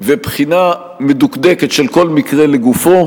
ובחינה מדוקדקת של כל מקרה לגופו,